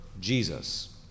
Jesus